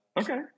Okay